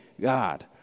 God